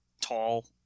tall